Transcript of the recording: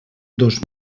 dos